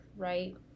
right